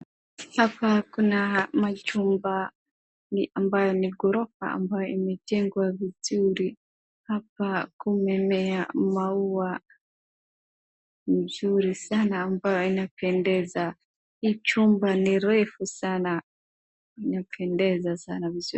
Hapa kuna machumbani ambayo ni gorofa ambayo imejengwa vizuri hapa kumemea maua mzuri sana ambayo inapendeza hii chumba ni refu sana inapendeza sana vizuri